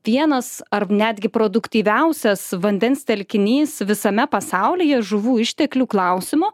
vienas ar netgi produktyviausias vandens telkinys visame pasaulyje žuvų išteklių klausimu